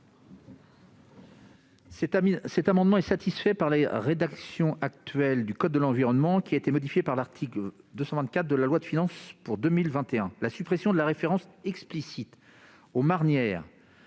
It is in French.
Cet amendement est satisfait par la rédaction actuelle du code de l'environnement, qui a été modifié par l'article 224 de la loi de finances pour 2021. La suppression de la référence explicite aux marnières